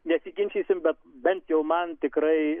nesiginčysim bet bent jau man tikrai